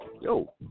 Yo